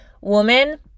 woman